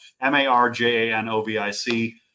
M-A-R-J-A-N-O-V-I-C